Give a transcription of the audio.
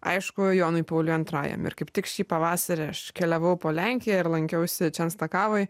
aišku jonui pauliui antrajam ir kaip tik šį pavasarį aš keliavau po lenkiją ir lankiausi čenstakavoj